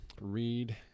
Read